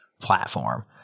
platform